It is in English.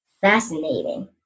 Fascinating